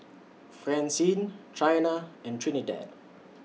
Francine Chyna and Trinidad